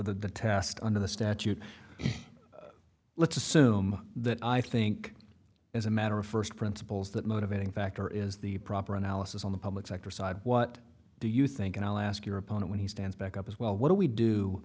the test under the statute let's assume that i think as a matter of first principles that motivating factor is the proper analysis on the public sector side what do you think and i'll ask your opponent when he stands back up as well what do we do